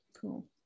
cool